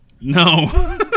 No